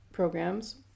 programs